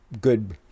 good